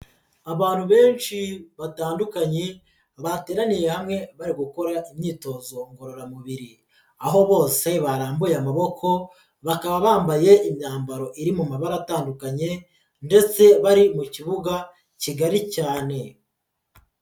Abantu benshi batandukanye bateraniye hamwe bari gukora imyitozo ngororamubiri aho bose barambuye amaboko bakaba bambaye imyambaro iri mu mabara atandukanye ndetse bari mu kibuga kigari cyane.